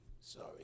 sorry